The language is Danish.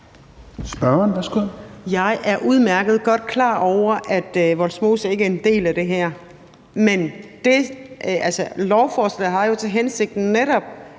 Jeg er udmærket godt klar over, at Vollsmose ikke er en del af det her. Men lovforslaget har jo netop til hensigt, at